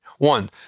One